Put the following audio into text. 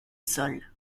sol